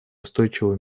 устойчивого